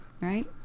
Right